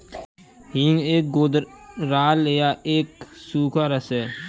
हींग एक गोंद राल या एक सूखा रस है